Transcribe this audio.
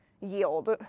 yield